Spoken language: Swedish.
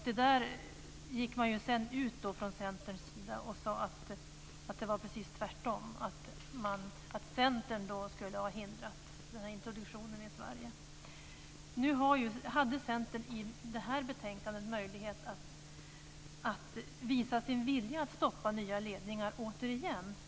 Sedan gick man ut från Centerns sida och sade att det var precis tvärtom - att Centern skulle ha hindrat introduktionen i Sverige. Nu hade Centern i det här betänkandet möjlighet att visa sin vilja att stoppa nya ledningar återigen.